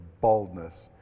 baldness